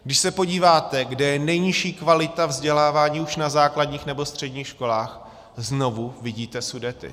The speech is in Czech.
Když se podíváte, kde je nejnižší kvalita vzdělávání už na základních nebo středních školách, znovu vidíte Sudety.